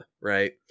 right